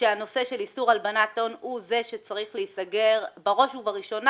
שהנושא של איסור הלבנת הון הוא זה שצריך להיסגר בראש ובראשונה.